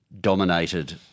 dominated